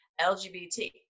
LGBT